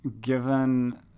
given